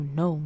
no